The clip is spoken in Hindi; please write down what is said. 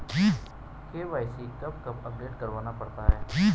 के.वाई.सी कब कब अपडेट करवाना पड़ता है?